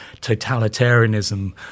totalitarianism